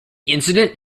incident